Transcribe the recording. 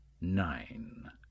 Nine